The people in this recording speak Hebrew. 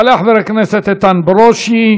יעלה חבר הכנסת איתן ברושי,